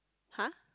!huh!